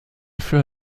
für